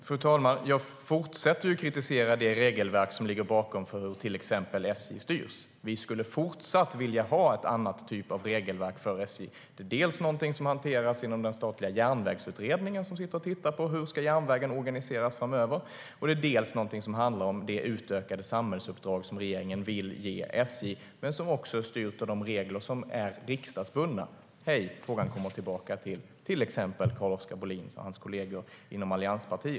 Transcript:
Fru talman! Jag fortsätter ju att kritisera det regelverk som ligger bakom hur till exempel SJ styrs. Vi skulle fortsatt vilja ha en annan typ av regelverk för SJ. Dels är det någonting som hanteras genom den statliga järnvägsutredning som sitter och tittar på hur järnvägen ska organiseras framöver, dels är det någonting som handlar om det utökade samhällsuppdrag regeringen vill ge SJ men som också är styrt av de regler som är riksdagsbundna. Hej - frågan kommer tillbaka till exempelvis Carl-Oskar Bohlin och hans kollegor inom allianspartierna.